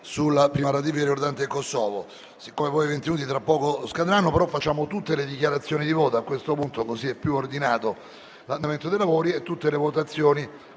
Grazie.